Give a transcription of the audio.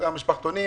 המשפחתונים